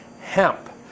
hemp